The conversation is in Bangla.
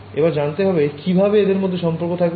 এবার জানতে হবে কিভাবে এদের মধ্যে সম্পর্ক থাকবে